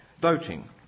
voting